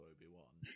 Obi-Wan